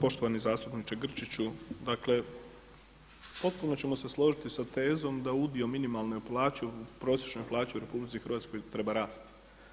Poštovani zastupniče Grčiću, dakle potpuno ćemo se složiti sa tezom da udio minimalne plaće u prosječnoj plaći u RH treba rasti.